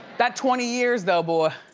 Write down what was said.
that twenty years though, boy.